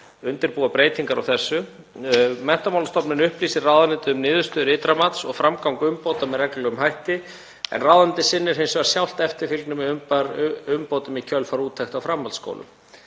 undirbúa breytingar á þessu. Menntamálastofnun upplýsir ráðuneytið um niðurstöður ytra mats og framgang umbóta með reglulegum hætti en ráðuneytið sinnir hins vegar sjálft eftirfylgni með umbótum í kjölfar úttektar á framhaldsskólum.